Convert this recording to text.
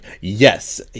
Yes